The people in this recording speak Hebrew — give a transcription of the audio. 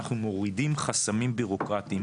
אנחנו מורידים חסמים בירוקרטיים,